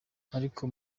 ariko